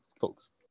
folks